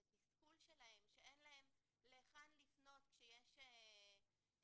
את התסכול שלהם שאין להם להיכן לפנות כשיש קושי,